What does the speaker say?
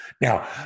Now